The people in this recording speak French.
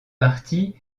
parties